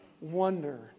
wonder